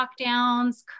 lockdowns